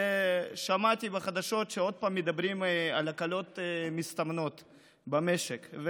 ושמעתי בחדשות ששוב מדברים על ההקלות המסתמנות במשק,